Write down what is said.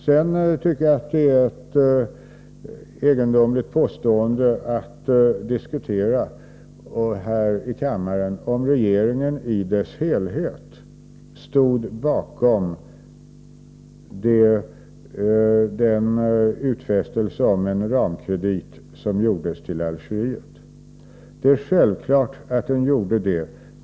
Sedan tycker jag att det är egendomligt att här i kammaren diskutera om regeringen i dess helhet stod bakom den utfästelse om en ramkredit som gjordes till Algeriet. Det är självklart att den gjorde det.